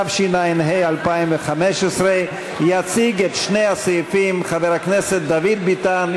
התשע"ה 2015. יציג את שני הסעיפים חבר הכנסת דוד ביטן,